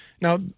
Now